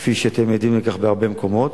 כפי שאתם יודעים מהרבה מקומות.